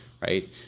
right